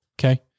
Okay